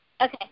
Okay